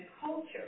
culture